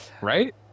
Right